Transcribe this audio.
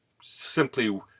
simply